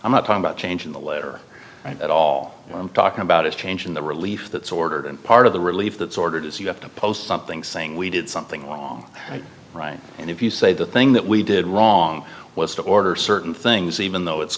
i'm not talking about changing the letter at all i'm talking about a change in the relief that's ordered and part of the relief that's ordered is you have to post something saying we did something wrong and if you say the thing that we did wrong was to order certain things even though it's